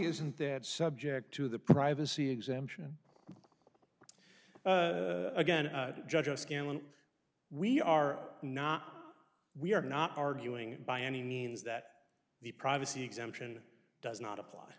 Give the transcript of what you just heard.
isn't that subject to the privacy exemption again judging scanlan we are not we are not arguing by any means that the privacy exemption does not apply